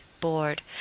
bored